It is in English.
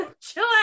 chill